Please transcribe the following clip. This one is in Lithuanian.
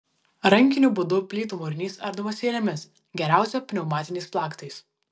rankiniu būdu plytų mūrinys ardomas eilėmis geriausia pneumatiniais plaktais